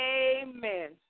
amen